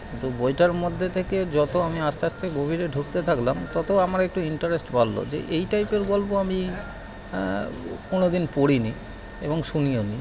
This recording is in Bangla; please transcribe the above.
কিন্তু বইটার মধ্যে থেকে যত আমি আস্তে আস্তে গভীরে ঢুকতে থাকলাম তত আমার একটু ইন্টারেস্ট বাড়ল যে এই টাইপের গল্প আমি কোনো দিন পড়িনি এবং শুনিওনি